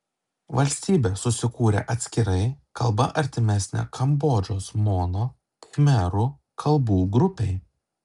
valstybė susikūrė atskirai kalba artimesnė kambodžos mono khmerų kalbų grupei